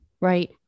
Right